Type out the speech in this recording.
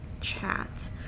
chat